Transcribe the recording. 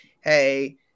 Hey